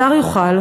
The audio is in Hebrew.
השר יוכל,